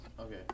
okay